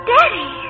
Daddy